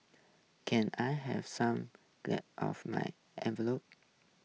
can I have some glue of my envelopes